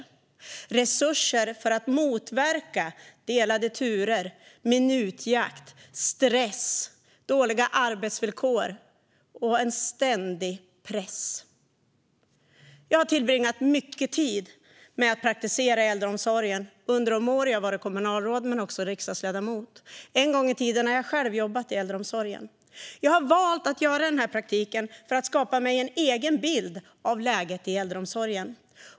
Det är resurser för att motverka delade turer, minutjakt, stress, dåliga arbetsvillkor och en ständig press. Jag har tillbringat mycket tid med att praktisera i äldreomsorgen under de år jag har varit kommunalråd men också som riksdagsledamot. En gång i tiden jobbade jag också i äldreomsorgen. Jag har valt att göra praktiken för att skapa mig en egen bild av läget i äldreomsorgen.